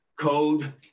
code